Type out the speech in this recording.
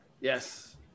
Yes